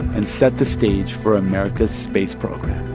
and set the stage for america's space program